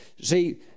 see